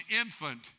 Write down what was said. infant